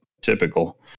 Typical